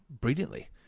brilliantly